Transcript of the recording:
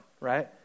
right